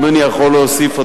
אם אני יכול להוסיף,